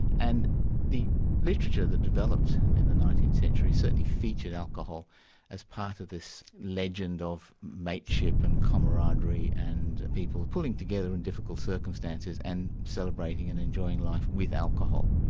and the literature that developed in the nineteenth century certainly featured alcohol as part of this legend of mateship and camaraderie and people pulling together in difficult circumstances and celebrating and enjoying life with alcohol.